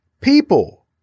people